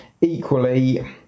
equally